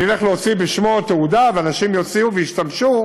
אני אלך להוציא בשמו תעודה, ואנשים יוציאו וישתמשו